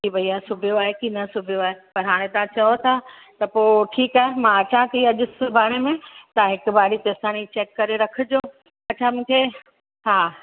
कि भैया सिबियो आहे कि न सिबियो आहे पर हाणे तव्हां चयो था त पोइ ठीकु आहे मां अचां थी अॼु सिबाणे में तव्हां हिकु बारी तेसीं ताईं चेक करे रखिजो अच्छा मूंखे हा